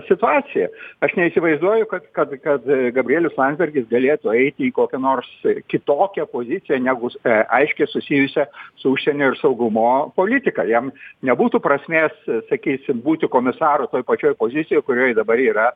situacija aš neįsivaizduoju kad kad kad gabrielius landsbergis galėtų eiti į kokią nors kitokią poziciją negu aiškiai susijusią su užsienio ir saugumo politika jam nebūtų prasmės sakysim būti komisaru toj pačioj pozicijoj kurioj dabar yra